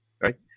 right